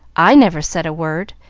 i never said a word,